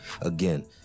Again